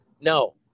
No